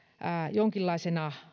jonkinlaisena